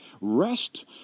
Rest